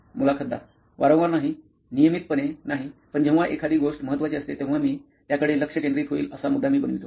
मुलाखतदार वारंवार नाही नियमितपणे नाही पण जेव्हा एखादी गोष्ट महत्वाची असते तेव्हा मी त्याकडे लक्ष केंद्रित होईल असा मुद्दा मी बनवितो